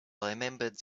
remembered